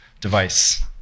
device